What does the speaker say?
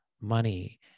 money